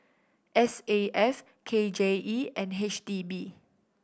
S A F K J E and H D B